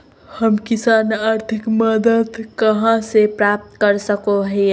हम किसान आर्थिक मदत कहा से प्राप्त कर सको हियय?